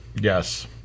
Yes